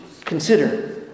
Consider